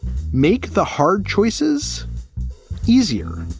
make the hard choices easier